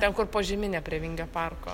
ten kur požeminė prie vingio parko